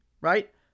right